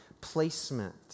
placement